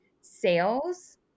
sales